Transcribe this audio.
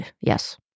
Yes